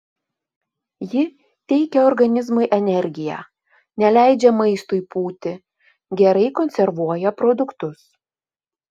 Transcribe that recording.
ji teikia organizmui energiją neleidžia maistui pūti gerai konservuoja produktus